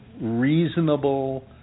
reasonable